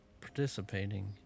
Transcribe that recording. participating